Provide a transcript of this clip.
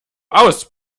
aus